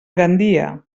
gandia